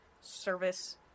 service